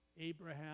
Abraham